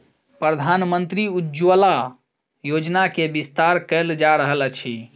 प्रधानमंत्री उज्ज्वला योजना के विस्तार कयल जा रहल अछि